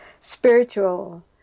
spiritual